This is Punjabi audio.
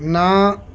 ਨਾ